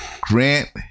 Grant